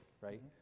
right